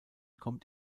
kommt